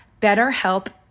BetterHelp